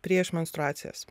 prieš menstruacijas